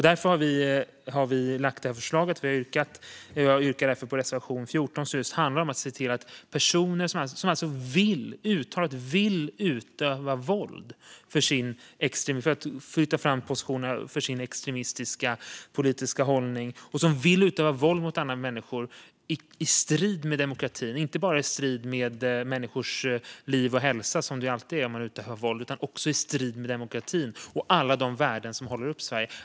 Därför har vi lagt fram detta förslag, och jag yrkar alltså bifall till reservation 14. Den handlar om just de personer som vill - uttalat vill - utöva våld för att flytta fram positionerna för sin extremistiska politiska hållning och som vill utöva våld mot andra människor i strid med demokratin. Det sker alltså inte bara i strid med människors liv och hälsa, som alltid är fallet om man utövar våld, utan det sker i strid med demokratin och alla de värden som håller upp Sverige.